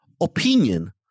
opinion